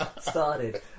started